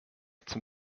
zum